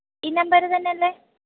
ഈ നമ്പർ തന്നെ അല്ലേ